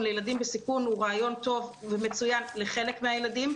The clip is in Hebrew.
לילדים בסיכון הוא רעיון טוב ומצוין לחלק מהילדים,